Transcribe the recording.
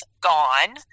gone